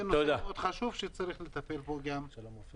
זה נושא מאוד חשוב שצריך לטפל בו גם בוועדה.